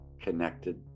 connected